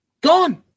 Gone